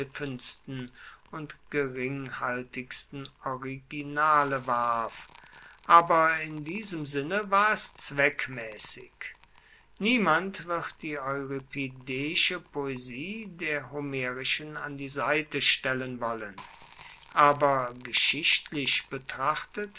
verschliffensten und geringhaltigsten originale warf aber in diesem sinne war es zweckgemaess niemand wird die euripideische poesie der homerischen an die seite stellen wollen aber geschichtlich betrachtet